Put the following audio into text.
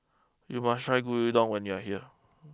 you must try Gyudon when you are here